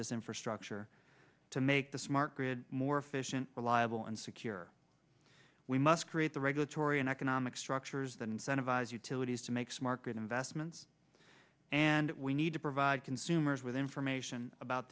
this infrastructure to make the smart grid more efficient reliable and secure we must create the regulatory and economic structures that incentivize utilities to makes market investments and we need to provide consumers with information about